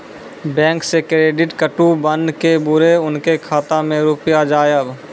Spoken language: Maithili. बैंक से क्रेडिट कद्दू बन के बुरे उनके खाता मे रुपिया जाएब?